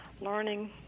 learning